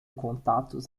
contatos